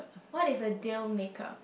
what is a dealmaker